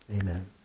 Amen